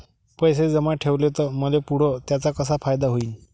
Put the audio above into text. पैसे जमा ठेवले त मले पुढं त्याचा कसा फायदा होईन?